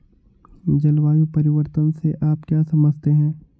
जलवायु परिवर्तन से आप क्या समझते हैं?